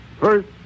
First